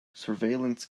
surveillance